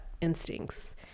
instincts